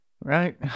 right